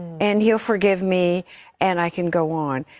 and he'll forgive me and i can go on.